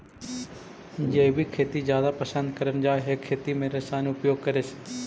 जैविक खेती जादा पसंद करल जा हे खेती में रसायन उपयोग करे से